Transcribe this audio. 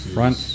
Front